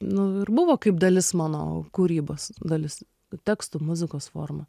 nu ir buvo kaip dalis mano kūrybos dalis tekstų muzikos forma